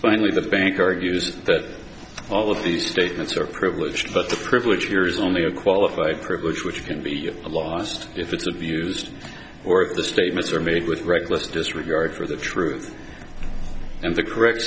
finally the bank argues that all of these statements are privileged but the privilege here is only a qualified privilege which can be lost if it's of used or the statements are made with reckless disregard for the truth and the correct